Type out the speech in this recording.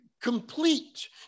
complete